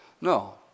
No